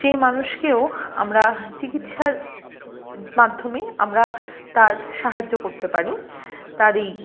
সেই মানুষকেও আমরা চিকিৎসার মাধ্যমে আমরা তার সাহায্য করতে পারি তার এই